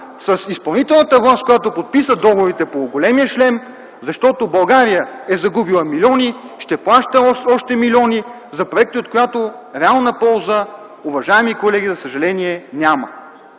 с изпълнителната власт, която подписа договорите по големия шлем, защото България е загубила милиони, ще плаща още милиони за проекти, от които реална полза, уважаеми колеги, за съжаление няма.